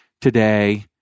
today